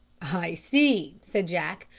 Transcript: i see, said jack,